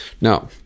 Now